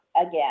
again